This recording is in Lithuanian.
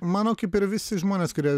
manau kaip ir visi žmonės kurie